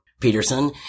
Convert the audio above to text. Peterson